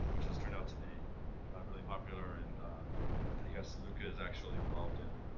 which has turned out to be really popular and i guess luke is actually involved in,